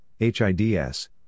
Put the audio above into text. HIDS